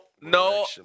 no